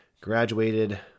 graduated